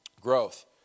growth